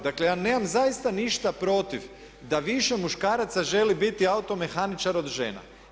Dakle ja nemam zaista ništa protiv da više muškaraca želi biti automehaničar od žena.